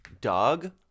Dog